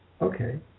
Okay